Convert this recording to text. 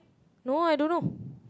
no I don't know